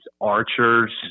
archers